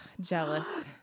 Jealous